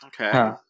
Okay